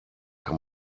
kann